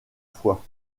foi